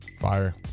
Fire